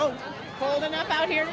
oh cold enough out here